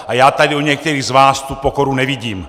A já tady u některých z vás tu pokoru nevidím.